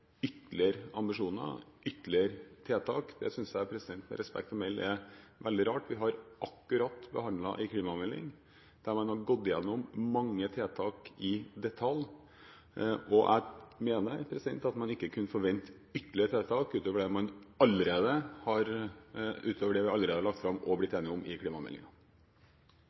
ytterligere ambisjoner og ytterligere tiltak. Det synes jeg med respekt å melde er veldig rart. Vi har akkurat behandlet en klimamelding der man har gått gjennom mange tiltak i detalj, og jeg mener at man ikke kunne forvente ytterligere tiltak utover det vi allerede har lagt fram og blitt enige om i